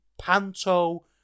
panto